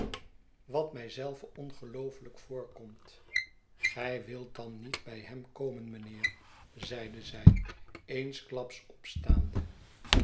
wat mij zelve ongeloofelijk voorkomt f gij wilt dan niet by hem komen mynheer zeide zij eensklaps opstaande